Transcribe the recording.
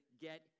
get